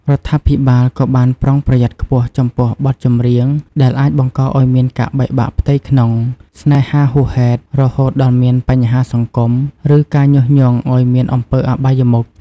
រដ្ឋាភិបាលក៏បានប្រុងប្រយ័ត្នខ្ពស់ចំពោះបទចម្រៀងដែលអាច បង្កឱ្យមានការបែកបាក់ផ្ទៃក្នុង ស្នេហាហួសហេតុរហូតដល់មានបញ្ហាសង្គម ឬការញុះញង់ឱ្យមានអំពើអបាយមុខ។